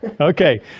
Okay